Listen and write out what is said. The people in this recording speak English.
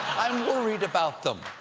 i'm worried about them?